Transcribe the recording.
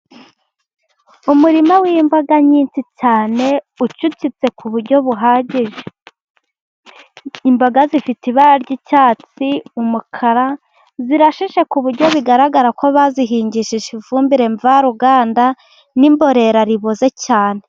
Umurima w'imboga nyinshi cyane ucucitse ku buryo buhagije. Imboga zifite ibara ry'icyatsi, umukara. Zirashishe ku buryo bigaragara ko bazihingishije ifumbire mvaruganda n'imborera iboze cyane.